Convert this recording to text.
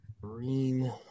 Green